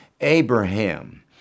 Abraham